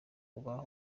uba